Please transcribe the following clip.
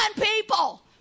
people